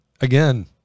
again